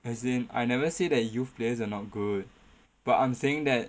as in I never say that youth players are not good but I'm saying that